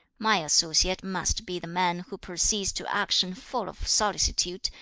my associate must be the man who proceeds to action full of solicitude,